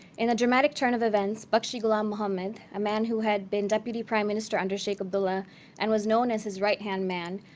in a dramatic turn of events, bakshi ghulam mohammad, a man who had been deputy prime minister under sheikh abdullah and was known as his right-hand man,